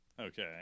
Okay